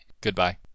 Goodbye